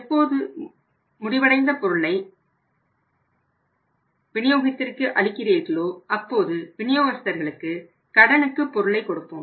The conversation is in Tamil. எப்போது முடிவடைந்த பொருளை விநியோகத்திற்கு அளிக்கிறீர்களோ அப்போது விநியோகஸ்தர்களுக்கு கடனுக்கு பொருளை கொடுப்போம்